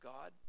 God